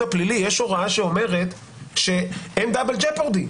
הפלילי יש הוראה שאומרת שאין Double jeopardy,